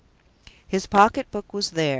his pocket-book was there.